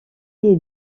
est